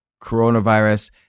coronavirus